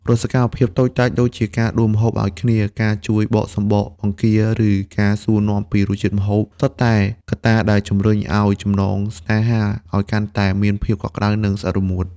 រាល់សកម្មភាពតូចតាចដូចជា ការដួសម្ហូបឱ្យគ្នា ការជួយបកសំបកបង្គា ឬការសួរនាំពីរសជាតិម្ហូប សុទ្ធតែកត្តាដែលជម្រុញឱ្យចំណងស្នេហាឱ្យកាន់តែមានភាពកក់ក្ដៅ និងស្អិតរមួត។